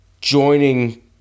Joining